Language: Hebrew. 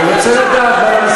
למה אתה צריך לדעת?